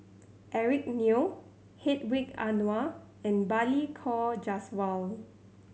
Eric Neo Hedwig Anuar and Balli Kaur Jaswal